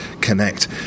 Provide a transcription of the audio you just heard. connect